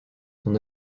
son